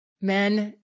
Men